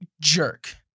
jerk